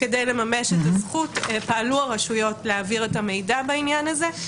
וכדי לממש את הזכות פעלו הרשויות להעביר את המידע בעניין הזה.